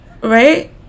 right